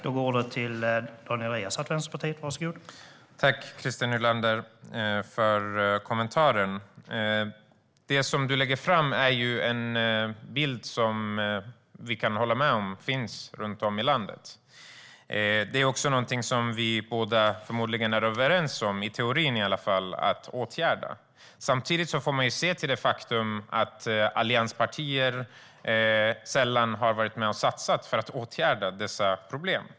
Herr talman! Jag tackar Christer Nylander för kommentaren. Det som du för fram är en bild som vi kan hålla med om finns runt om i landet. Det är också någonting som vi båda förmodligen är överens om, i teorin i alla fall, ska åtgärdas. Samtidigt får man se till det faktum att allianspartier sällan har varit med och satsat för att åtgärda dessa problem.